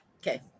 Okay